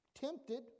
tempted